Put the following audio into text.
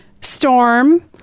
storm